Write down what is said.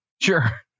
Sure